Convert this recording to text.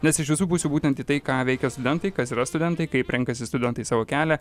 nes iš visų pusių būtent į tai ką veikia studentai kas yra studentai kaip renkasi studentai savo kelią